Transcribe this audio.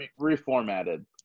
Reformatted